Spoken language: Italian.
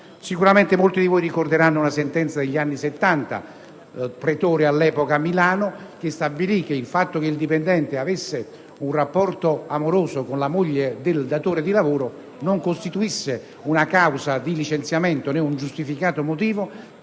Sicuramente molti di voi ricorderanno una sentenza degli anni Settanta del pretore di Milano, che stabilì che il dipendente che aveva un rapporto amoroso con la moglie del datore di lavoro non costituiva una causa di licenziamento, né un giustificato motivo,